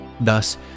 Thus